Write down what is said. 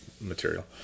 material